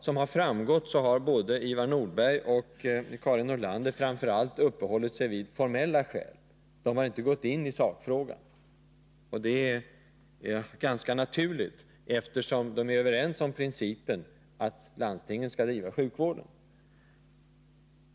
Som framgått har både Ivar Nordberg och Karin Nordlander framför allt uppehållit sig vid de formella skälen — de har inte gått in i sakfrågan. Detta är ganska naturligt, eftersom de är överens om principen att landstingen skall bedriva sjukvården.